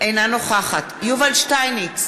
אינה נוכחת יובל שטייניץ,